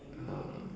um